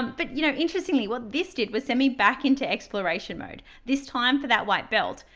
but you know interestingly, what this did was send me back into exploration mode, this time for that white belt,